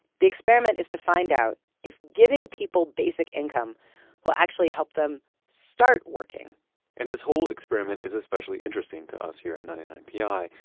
the experiment is to find out if giving people basic income will actually help them start working and this whole experiment is especially interesting to us here at ninety nine pi,